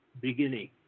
beginning